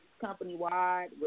company-wide